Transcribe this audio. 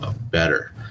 better